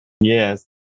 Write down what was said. Yes